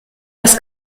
das